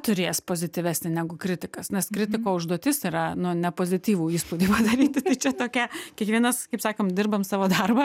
turės pozityvesnį negu kritikas nes kritiko užduotis yra nu ne pozityvų įspūdį padaryti tai čia tokia kiekvienas kaip sakom dirbam savo darbą